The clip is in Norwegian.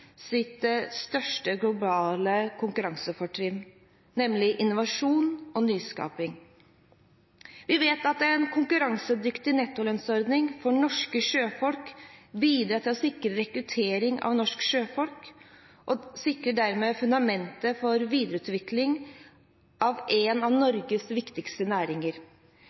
største globale konkurransefortrinn, nemlig innovasjon og nyskaping. Vi vet at en konkurransedyktig nettolønnsordning for norske sjøfolk bidrar til å sikre rekrutteringen av norske sjøfolk og sikrer dermed fundamentet for videreutviklingen av en av Norges viktigste næringer.